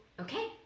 okay